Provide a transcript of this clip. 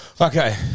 Okay